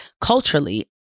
culturally